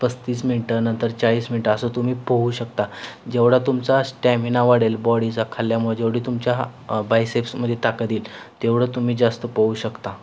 पस्तीस मिनटं नंतर चाळीस मिनटं असं तुम्ही पोहू शकता जेवढा तुमचा स्टॅमिना वाढेल बॉडीचा खाल्ल्यामुळं जेवढी तुमच्या हा बायसेप्समध्ये ताकत येईल तेवढं तुम्ही जास्त पोहू शकता